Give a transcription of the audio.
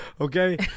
okay